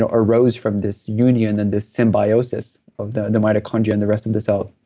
ah arose from this union and this symbiosis of the and the mitochondria and the rest of the cell